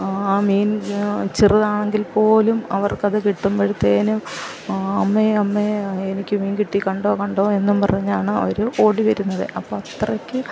ആ മീൻ ചെറുതാണെങ്കിൽ പോലും അവർക്ക് അത് കിട്ടുമ്പോഴത്തേക്ക് അമ്മേ അമ്മേ എനിക്ക് മീൻ കിട്ടി കണ്ടോ കണ്ടോ എന്നും പറഞ്ഞാണ് അവർ ഓടി വരുന്നത് അപ്പം അത്രയ്ക്ക്